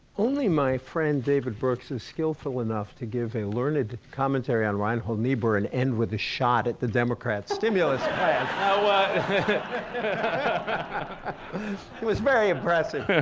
only my friend david brooks is skillful enough to give a learned commentary on reinhold niebuhr and end with a shot at the democrat's stimulus plan it was very impressive